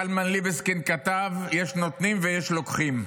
קלמן ליבסקינד כתב: יש נותנים ויש לוקחים.